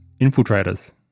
infiltrators